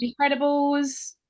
Incredibles